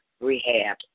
rehab